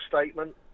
statement